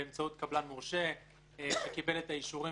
באמצעות קבלן מורשה שקיבל את האישורים